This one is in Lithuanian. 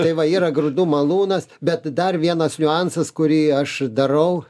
tai va yra grūdų malūnas bet dar vienas niuansas kurį aš darau